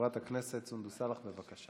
חברת הכנסת סונדוס סאלח, בבקשה.